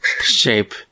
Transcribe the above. Shape